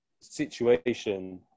situation